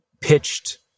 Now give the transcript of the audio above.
pitched